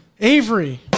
avery